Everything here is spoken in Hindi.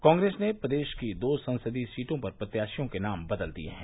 कांग्रेस ने प्रदेश की दो संसदीय सीटों पर प्रत्याशियों के नाम बदल दिये हैं